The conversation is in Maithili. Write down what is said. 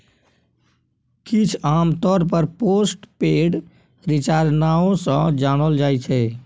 किछ आमतौर पर पोस्ट पेड रिचार्ज नाओ सँ जानल जाइ छै